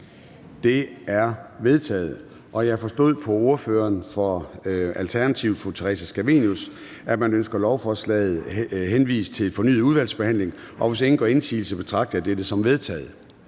Det er vedtaget. Jeg forstod på ordføreren for Alternativet, fru Theresa Scavenius, at man ønsker lovforslaget henvist til fornyet udvalgsbehandling. Hvis ingen gør indsigelse, betragter jeg dette som vedtaget.